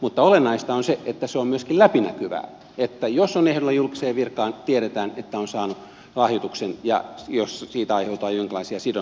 mutta olennaista on se että se on myöskin läpinäkyvää niin että jos on ehdolla julkiseen virkaan tiedetään se jos on saanut lahjoituksen ja siitä voi aiheutua jonkinlaisia sidonnaisuuksia